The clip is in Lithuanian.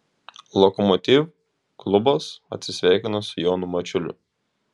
lokomotiv klubas atsisveikino su jonu mačiuliu